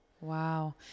Wow